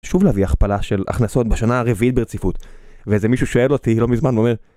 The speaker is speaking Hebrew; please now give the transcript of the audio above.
שוב להביא הכפלה של הכנסות בשנה הרביעית ברציפות. ואיזה מישהו שואל אותי לא מזמן ואומר...